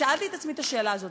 שאלתי את עצמי את השאלה הזאת.